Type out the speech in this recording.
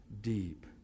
deep